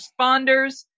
responders